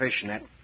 fishnet